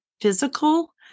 physical